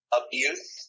abuse